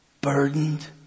burdened